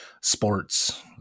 sports